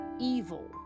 evil